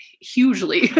hugely